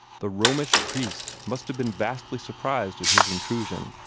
the romish priest must have been vastly surprised at his intrusion,